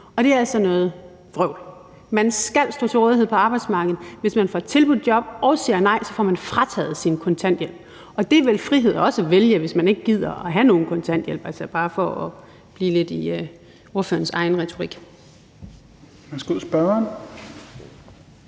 Og det er altså noget vrøvl. Man skal stå til rådighed for arbejdsmarkedet. Hvis man får tilbudt job og siger nej, så får man frataget sin kontanthjælp. Det er vel frihed også at vælge det, hvis man ikke gider have nogen kontanthjælp, altså bare for at blive lidt i ordførerens egen retorik.